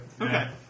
Okay